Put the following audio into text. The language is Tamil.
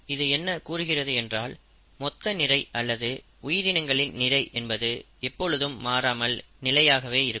இது என்ன கூறுகிறது என்றால் மொத்த நிறை அல்லது உயிரினங்களின் நிறை என்பது எப்பொழுதும் மாறாமல் நிலையாகவே இருக்கும்